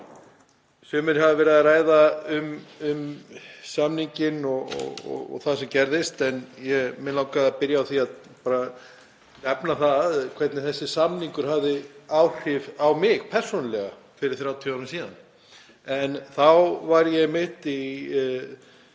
Sumir hafa verið að ræða um samninginn og það sem gerðist. En mig langaði að byrja á því að nefna það hvernig þessi samningur hafði áhrif á mig persónulega fyrir 30 árum síðan. Þá var ég einmitt